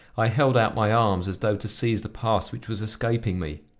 i held out my arms as though to seize the past which was escaping me.